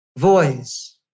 voice